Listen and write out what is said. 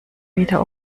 wieder